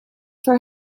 for